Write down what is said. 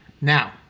Now